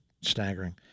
staggering